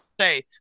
say